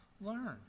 Learn